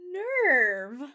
nerve